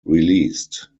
released